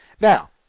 Now